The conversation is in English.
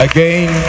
Again